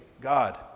God